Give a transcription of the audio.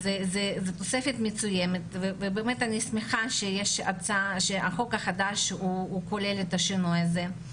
זו תוספת מצוינת ואני שמחה שהחוק החדש כולל את השינוי הזה.